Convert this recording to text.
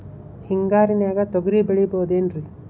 ಹಿಂಗಾರಿನ್ಯಾಗ ತೊಗ್ರಿ ಬೆಳಿಬೊದೇನ್ರೇ?